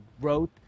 growth